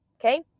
Okay